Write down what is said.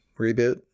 reboot